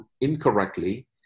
incorrectly